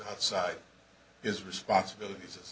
outside his responsibilities as